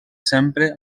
sempre